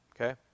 Okay